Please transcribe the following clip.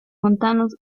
montanos